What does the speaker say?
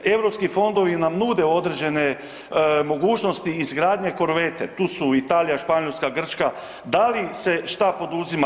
Europski fondovi nam nude određene mogućnosti izgradnje korvete, tu su Italija, Španjolska, Grčka, da li se šta poduzima?